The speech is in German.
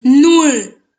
nan